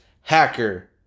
hacker